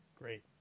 Great